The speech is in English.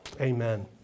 amen